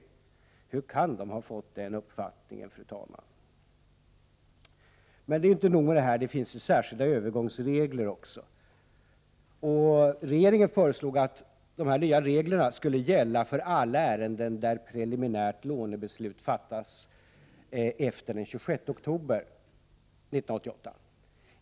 Hur kan de ha fått den uppfattningen, fru talman? Men det är inte nog med detta. Det finns särskilda övergångsregler också. Regeringen föreslog att de nya reglerna skulle gälla för alla ärenden där preliminärt lånebeslut fattas efter den 26 oktober 1988.